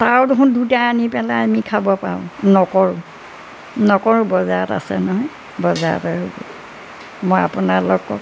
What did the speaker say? তাৰো দেখোন দুটা আনি পেলাই আমি খাব পাৰোঁ নকৰোঁ নকৰোঁ বজাৰত আছে নহয় বজাৰৰপৰাই হ'ব মই আপোনালোকক